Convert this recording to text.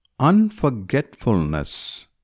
Unforgetfulness